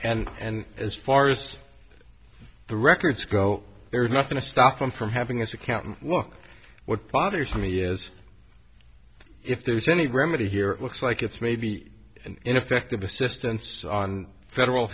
and and as far as the records go there's nothing to stop them from having this accountant look what bothers me is if there's any remedy here it looks like it's maybe an ineffective assistance on federal